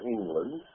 England